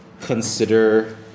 consider